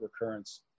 recurrence